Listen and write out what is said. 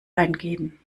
eingeben